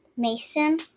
Mason